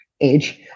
age